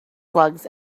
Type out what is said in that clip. slugs